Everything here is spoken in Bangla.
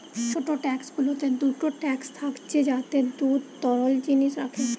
ছোট ট্যাঙ্ক গুলোতে দুটো ট্যাঙ্ক থাকছে যাতে দুধ তরল জিনিস রাখে